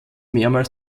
mehrmals